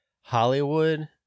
Hollywood